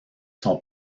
son